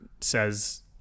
says